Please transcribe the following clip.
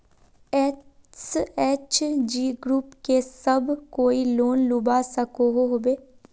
SHG group से सब कोई लोन लुबा सकोहो होबे?